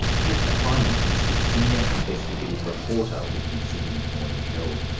kate mcclymont is the senior investigative reporter with the sydney morning herald.